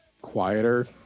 quieter